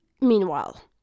Meanwhile